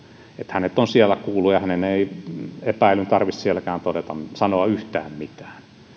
hänet on siellä kuultu ja epäillyn ei tarvitse sielläkään sanoa yhtään mitään